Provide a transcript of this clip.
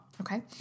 okay